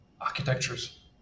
architectures